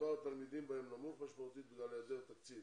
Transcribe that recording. מספר התלמידים בהם נמוך משמעותית בגלל היעדר תקציב,